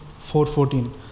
4.14